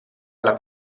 alla